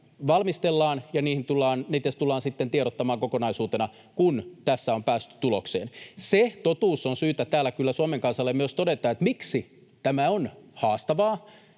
valmistellaan, ja niistä tullaan sitten tiedottamaan kokonaisuutena, kun tässä on päästy tulokseen. Se totuus on syytä täällä kyllä Suomen kansalle myös todeta, että syy, miksi tämä on haastavaa,